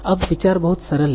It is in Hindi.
अब विचार बहुत सरल है